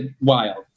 wild